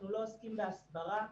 אנחנו לא עוסקים בהסברה,